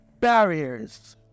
barriers